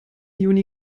juni